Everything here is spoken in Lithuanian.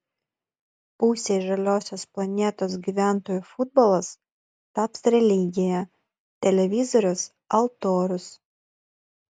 pusei žaliosios planetos gyventojų futbolas taps religija televizorius altorius